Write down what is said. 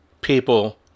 people